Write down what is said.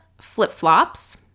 flip-flops